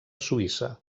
suïssa